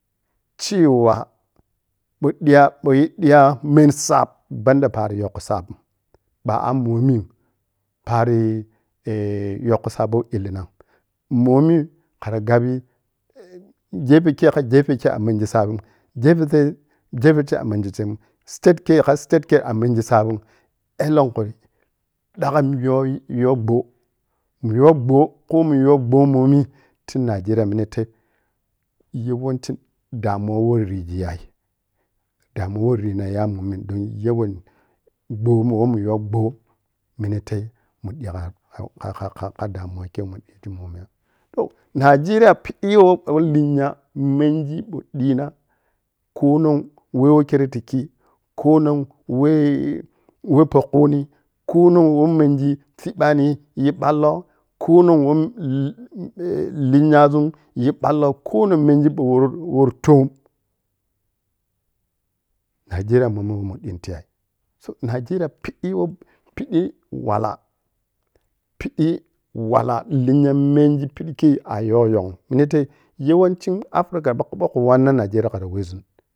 Cewa ɓoh ɓiya bohyi ɓiyameni sab bands paro yokho sab. baha momi paro yokho sab. baha momi paro eh- yokkho sab woh illingm momi kha gabi eh gepe khe kha gepe khei a mengi sabi gepe khei, gepe ce a mengi chem state kha kha state khe a mengi sabi elenkhui dagham yo yogbo mun yogbo khumu yogbo momi ti nijeriya minetei yawanci damuwa woh rigiya damuwa gbomun woh mun yogbo minetei mudiya kha-ka-ka damun khei mun ɓigi momi toh nigeria piɓɓi woh-woh linya mengi ɓoh ɓina konon weh weh-we pokhuni konon woh mengi cibbani yi ballo konon woh mom eh kinyazun yi ballo, kono mengi boh moroh wor tom nigeria momi weh muɓi tiya so nigeria piɓɓi woh piɓɓi wallah piɓɓi walla lenya menfi piɓɓi a yong-yoghun minete- yawancin africa ɓoh khu wanna nijeriya kara wezun.